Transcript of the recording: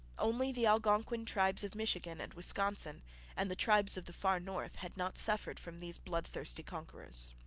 only the algonquin tribes of michigan and wisconsin and the tribes of the far north had not suffered from these bloodthirsty conquerors.